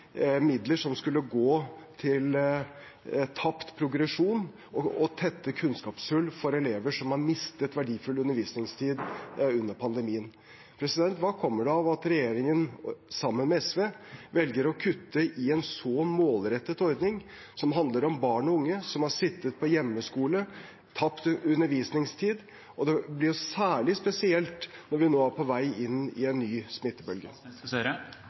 midler som skulle gå til tapt progresjon og å tette kunnskapshull for elever som har mistet verdifull undervisningstid under pandemien. Hva kommer det av at regjeringen, sammen med SV, velger å kutte i en så målrettet ordning, som handler om barn og unge som har sittet på hjemmeskole og tapt undervisningstid? Det blir jo særlig spesielt når vi nå er på vei inn i en ny smittebølge.